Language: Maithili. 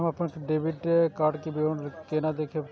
हम अपन डेबिट कार्ड के विवरण केना देखब?